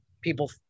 people